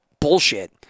bullshit